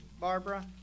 Barbara